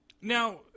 Now